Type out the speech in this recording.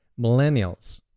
Millennials